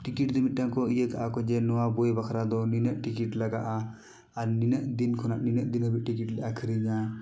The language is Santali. ᱴᱤᱠᱤᱴ ᱫᱚ ᱢᱤᱫᱴᱟᱝ ᱠᱚ ᱤᱭᱟᱹ ᱠᱟᱜᱼᱟ ᱠᱚ ᱡᱮ ᱱᱚᱣᱟ ᱵᱳᱭ ᱵᱟᱠᱷᱟᱨᱟ ᱫᱚ ᱱᱤᱱᱟᱹᱜ ᱴᱤᱠᱤᱴ ᱞᱟᱜᱟᱜᱼᱟ ᱟᱨ ᱱᱤᱱᱟᱹᱜ ᱫᱤᱱ ᱠᱷᱚᱱ ᱱᱤᱱᱟᱜ ᱫᱤᱱ ᱦᱟᱹᱵᱤᱡ ᱴᱤᱠᱤᱴ ᱞᱮ ᱟᱠᱷᱟᱨᱤᱧᱟ